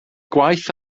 gwaith